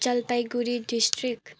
Jalpaiguri district